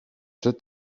czy